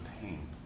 pain